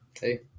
Hey